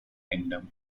kingdom